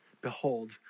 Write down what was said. Behold